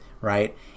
right